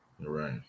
Right